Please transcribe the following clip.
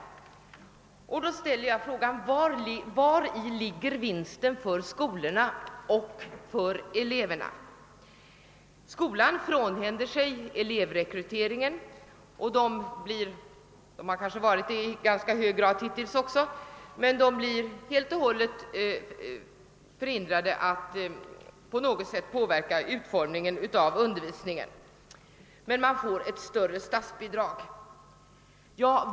Jag vill då ställa frågan: Vari ligger vinsten för skolorna och för eleverna? Skolorna frånhänder sig elevrekryteringen. De blir helt och hållet, liksom de hittills i ganska hög grad varit, förhindrade att på något sätt påverka utformningen av undervisningen. Men de får ett större statsbidrag.